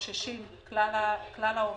כלל העובדים,